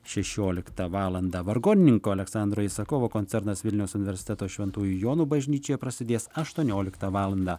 šešioliktą valandą vargonininko aleksandro isakovo koncernas vilniaus universiteto šventųjų jonų bažnyčioje prasidės aštuonioliktą valandą